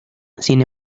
sin